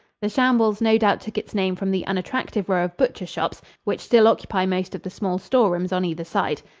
the shambles no doubt took its name from the unattractive row of butcher shops which still occupy most of the small store-rooms on either side.